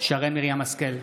שרן מרים השכל,